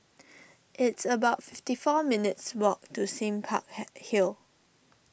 it's about fifty four minutes' walk to Sime Park had Hill